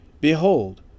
Behold